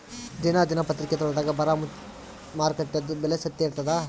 ದಿನಾ ದಿನಪತ್ರಿಕಾದೊಳಾಗ ಬರಾ ಮಾರುಕಟ್ಟೆದು ಬೆಲೆ ಸತ್ಯ ಇರ್ತಾದಾ?